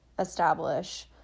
establish